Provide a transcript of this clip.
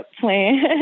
plan